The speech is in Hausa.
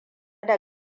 da